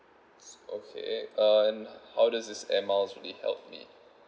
so okay and how does this air miles really help me